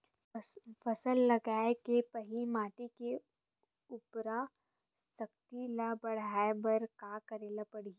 फसल लगाय के पहिली माटी के उरवरा शक्ति ल बढ़ाय बर का करेला पढ़ही?